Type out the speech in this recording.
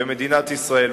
במדינת ישראל.